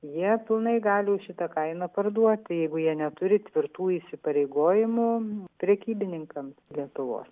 jie pilnai gali už šitą kainą parduoti jeigu jie neturi tvirtų įsipareigojimų prekybininkams lietuvos